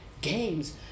games